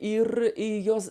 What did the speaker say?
ir jos